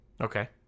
Okay